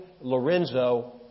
Lorenzo